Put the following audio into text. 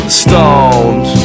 stoned